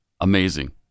Amazing